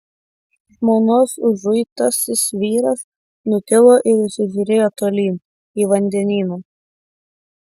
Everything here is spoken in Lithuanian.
žmonos užuitasis vyras nutilo ir įsižiūrėjo tolyn į vandenyną